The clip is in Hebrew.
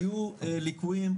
היו ליקויים,